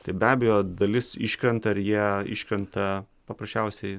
tai be abejo dalis iškrenta ir jie iškrenta paprasčiausiai